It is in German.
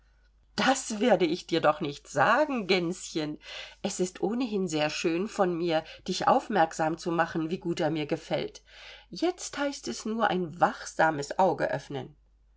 das werde ich dir doch nicht sagen gänschen es ist ohnehin sehr schön von mir dich aufmerksam zu machen wie gut er mir gefällt jetzt heißt es nur ein wachsames auge öffnen